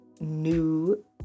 new